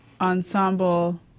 ensemble